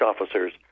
officers